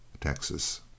Texas